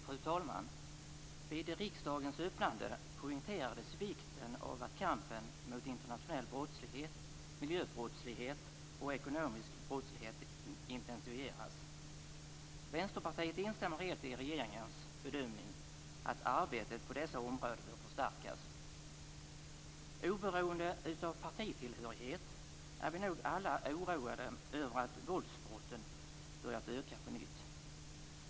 Fru talman! Vid riksdagens öppnande poängterades vikten av att kampen mot internationell brottslighet, miljöbrottslighet och ekonomisk brottslighet intensifieras. Vänsterpartiet instämmer helt i regeringens bedömning att arbetet på dessa områden bör förstärkas. Oberoende av partitillhörighet är vi nog alla oroade över att våldsbrotten börjat öka på nytt.